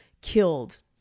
killed